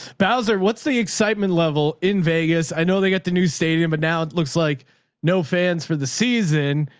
bowzer. what's the excitement level in vegas. i know they got the new stadium, but now it looks like no fans for the season.